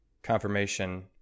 confirmation